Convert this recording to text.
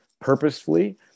purposefully